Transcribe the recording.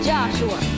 Joshua